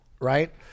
Right